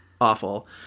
awful